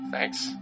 Thanks